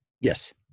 Yes